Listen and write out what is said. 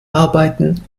arbeiten